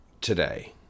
today